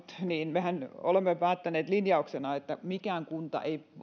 mehän olemme päättäneet linjauksena että mikään kunta ei